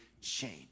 change